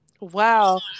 Wow